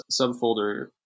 subfolder